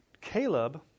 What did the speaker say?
Caleb